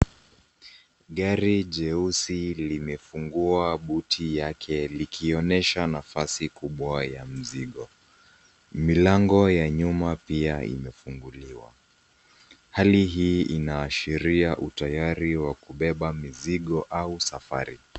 Gari jeusi limefungua buti yake likionyesha nafasi kubwa ya mzigo. Milango ya nyuma pia imefunguliwa. Hali hii inaashiria utayari wa kubeba mizigo au safari.